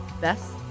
Best